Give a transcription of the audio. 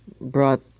brought